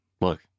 look